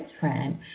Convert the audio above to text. friend